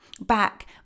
Back